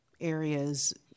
areas